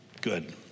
Good